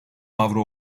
avro